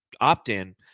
opt-in